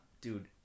Dude